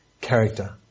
character